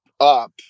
up